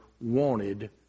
wanted